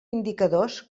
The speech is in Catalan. indicadors